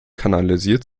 kanalisiert